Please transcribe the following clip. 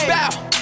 Bow